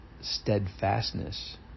steadfastness